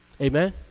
Amen